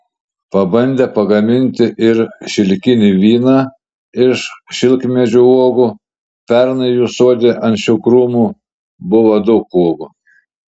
pabandė pagaminti ir šilkinį vyną iš šilkmedžių uogų pernai jų sode ant šių krūmų buvo daug uogų